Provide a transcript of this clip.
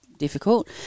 difficult